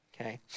okay